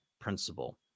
principle